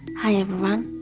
hi everyone!